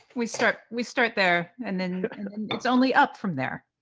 we start we start there, and then it's only up from there.